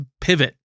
pivot